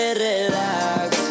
relax